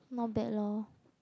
not bad lor